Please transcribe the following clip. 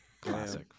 Classic